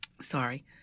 Sorry